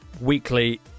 weekly